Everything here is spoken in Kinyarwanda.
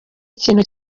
ikintu